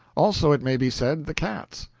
also, it may be said, the cats.